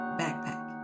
backpack